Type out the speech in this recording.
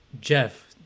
jeff